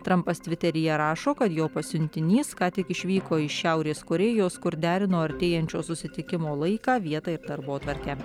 trampas tviteryje rašo kad jo pasiuntinys ką tik išvyko iš šiaurės korėjos kur derino artėjančio susitikimo laiką vietą ir darbotvarkę